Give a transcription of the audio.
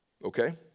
okay